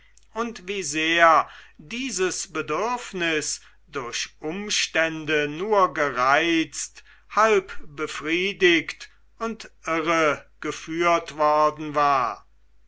und wie sehr dieses bedürfnis durch umstände nur gereizt halb befriedigt und irregeführt worden war